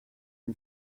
and